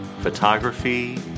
photography